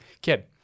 kid